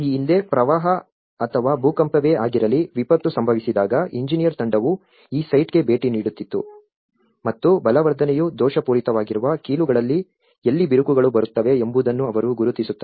ಈ ಹಿಂದೆ ಪ್ರವಾಹ ಅಥವಾ ಭೂಕಂಪವೇ ಆಗಿರಲಿ ವಿಪತ್ತು ಸಂಭವಿಸಿದಾಗ ಇಂಜಿನಿಯರ್ ತಂಡವು ಈ ಸೈಟ್ಗೆ ಭೇಟಿ ನೀಡುತ್ತಿತ್ತು ಮತ್ತು ಬಲವರ್ಧನೆಯು ದೋಷಪೂರಿತವಾಗಿರುವ ಕೀಲುಗಳಲ್ಲಿ ಎಲ್ಲಿ ಬಿರುಕುಗಳು ಬರುತ್ತವೆ ಎಂಬುದನ್ನು ಅವರು ಗುರುತಿಸುತ್ತಾರೆ